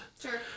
Sure